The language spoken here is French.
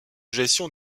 gestion